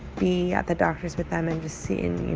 be at the doctor's with them and to see and you